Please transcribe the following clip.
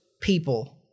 people